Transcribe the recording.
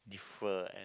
fur and